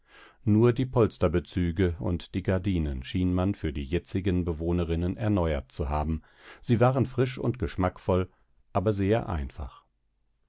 nur die polsterbezüge und die gardinen schien man für die jetzigen bewohnerinnen erneuert zu haben sie waren frisch und geschmackvoll aber sehr einfach